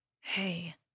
Hey